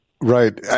Right